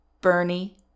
Bernie